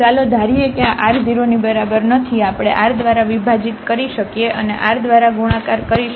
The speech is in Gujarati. ચાલો ચાલો ધારીએ કે આ r 0 ની બરાબર નથી આપણે r દ્વારા વિભાજીત કરી શકીએ અને r દ્વારા ગુણાકાર કરીશું